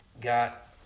got